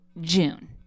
June